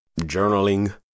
journaling